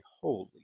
Holy